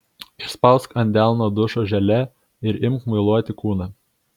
išspausk ant delno dušo želė ir imk muiluoti kūną